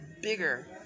bigger